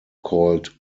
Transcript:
called